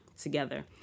together